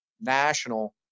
National